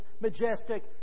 majestic